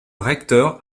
recteur